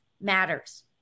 matters